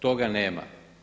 Toga nema.